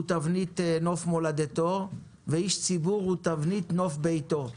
תבנית נוף מולדתו ואיש ציבור הוא תבנית נוף ביתו.